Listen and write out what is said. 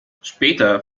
später